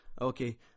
Okay